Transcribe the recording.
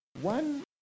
one